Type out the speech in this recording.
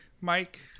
mike